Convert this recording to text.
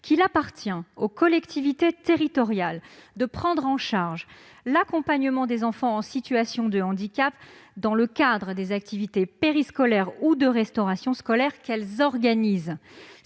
qu'il appartenait aux collectivités territoriales de prendre en charge l'accompagnement des enfants en situation de handicap dans le cadre des activités périscolaires ou de restauration scolaire qu'elles organisaient.